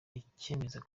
icyemezo